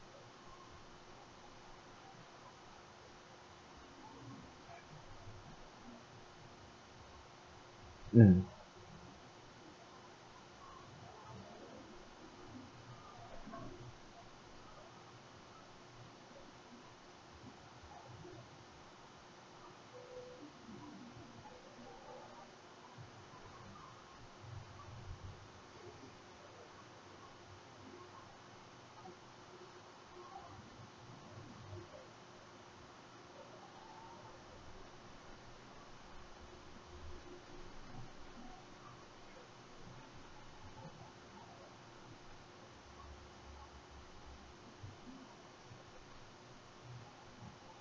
mm